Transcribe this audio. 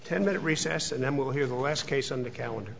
ten minute recess and then we'll hear the last case on the calendar